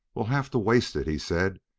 we'll have to waste it! he said,